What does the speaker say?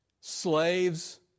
slaves